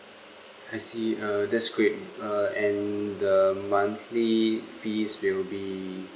I see err that's great uh and the monthly fees will be